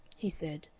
he said,